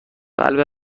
قلب